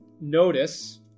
notice